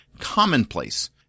commonplace